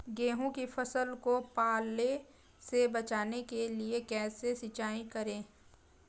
गेहूँ की फसल को पाले से बचाने के लिए कैसे सिंचाई करें?